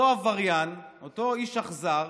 אותו עבריין, אותו איש אכזר,